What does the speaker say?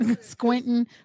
squinting